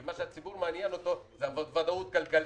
כי מה שמעניין את הציבור זה הוודאות כלכלית.